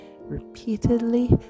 repeatedly